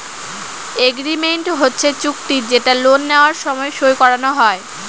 agreement হচ্ছে চুক্তি যেটা লোন নেওয়ার সময় সই করানো হয়